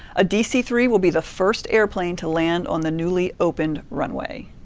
a dc three will be the first airplane to land on the newly opened runway.